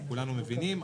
כולנו מבינים,